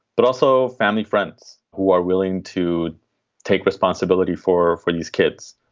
but also family, friends who are willing to take responsibility for for these kids